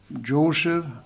Joseph